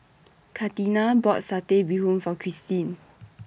Katina bought Satay Bee Hoon For Christine